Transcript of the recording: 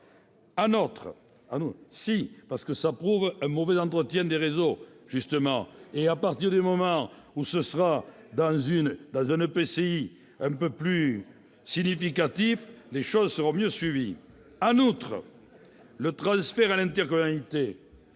En outre, le transfert à l'intercommunalité